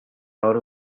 out